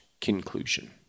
conclusion